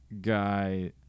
guy